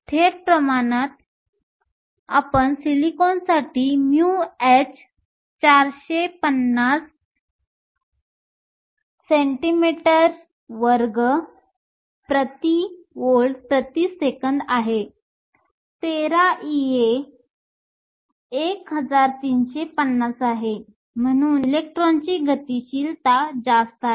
तर सिलिकॉन साठी μh 450 cm2 V 1 s 1 आहे 13e 1350 आहे म्हणून इलेक्ट्रॉनची गतिशीलता जास्त आहे